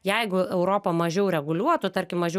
jeigu europa mažiau reguliuotų tarkim mažiau